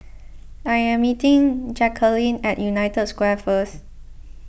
I am meeting Jacalyn at United Square first